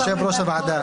יושב-ראש הוועדה,